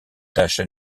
tâches